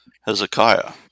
Hezekiah